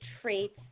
traits